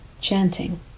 Chanting